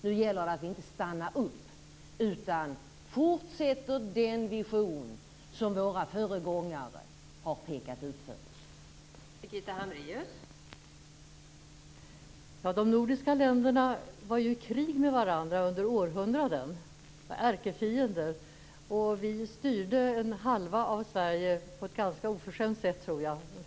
Nu gäller det att inte stanna upp, utan att fortsätta den vision som våra föregångare har pekat ut för oss.